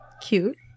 cute